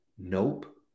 Nope